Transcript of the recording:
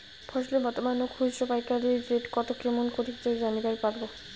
ফসলের বর্তমান খুচরা ও পাইকারি রেট কতো কেমন করি জানিবার পারবো?